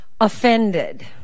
offended